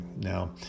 Now